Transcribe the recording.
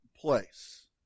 place